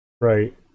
Right